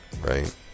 right